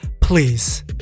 please